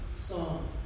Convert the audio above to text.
song